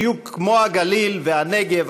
בדיוק כמו הגליל והנגב,